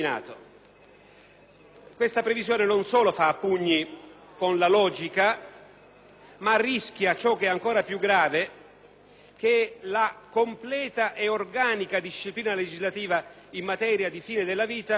Questa previsione non solo fa a pugni con la logica ma rischia, ciò che è ancora più grave, che la completa e organica disciplina legislativa in materia di fine della vita,